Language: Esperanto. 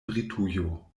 britujo